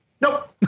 Nope